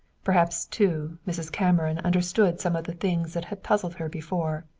perhaps, too, mrs. cameron understood some of the things that had puzzled her before.